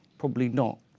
probably not.